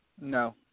No